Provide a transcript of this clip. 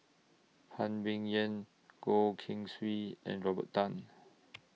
Phan Ming Yen Goh Keng Swee and Robert Tan